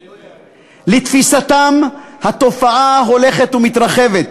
לתפיסתם, התופעה הולכת ומתרחבת,